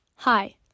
Hi